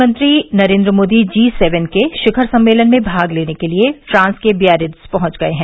प्रधानमंत्री Narendra Modi G seven के शिखर सम्मेलन में भाग लेने के लिए फ्रांस के बियारित्ज पहंच गये हैं